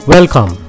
Welcome